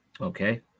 Okay